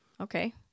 Okay